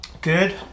Good